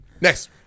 Next